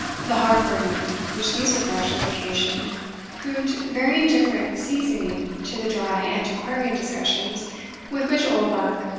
the heart-burning which these reflections occasioned proved very indifferent seasoning to the dry antiquarian discussions with which oldbuck,